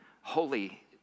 Holy